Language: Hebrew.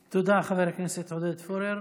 תודה, חבר הכנסת עודד פורר.